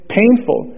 painful